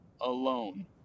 alone